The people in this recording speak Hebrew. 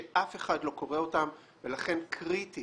שאף אחד לא קורא אותם, ולכן קריטי